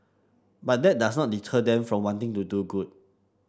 but that does not deter them from wanting to do good